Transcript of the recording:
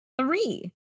three